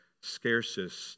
scarcest